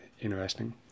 interesting